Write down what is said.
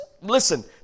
listen